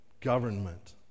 government